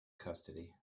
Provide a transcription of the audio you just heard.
custody